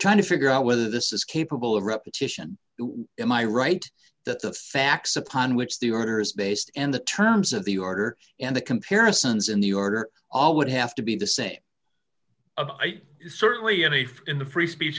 trying to figure out whether this is capable of repetition am i right that the facts upon which the order is based and the terms of the order and the comparisons in the order all would have to be the same certainly any for in the free speech